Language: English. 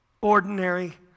Ordinary